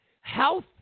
health